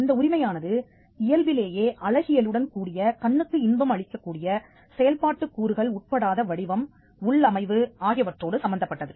இந்த உரிமையானது இயல்பிலேயே அழகியலுடன் கூடிய கண்ணுக்கு இன்பம் அளிக்க கூடிய செயல்பாட்டுக் கூறுகள் உட்படாத வடிவம் உள்ளமைவு ஆகியவற்றோடு சம்பந்தப்பட்டது